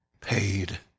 paid